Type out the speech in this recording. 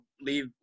leave